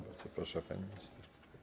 Bardzo proszę, pani minister.